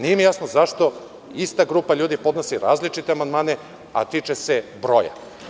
Nije mi jasno zašto ista grupa ljudi podnosi različite amandmane, a tiče se broja?